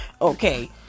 Okay